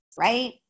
right